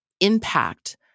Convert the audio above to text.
impact